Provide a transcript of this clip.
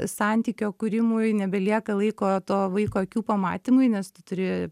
santykio kūrimui nebelieka laiko to vaiko akių pamatymui nes tu turi